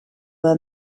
were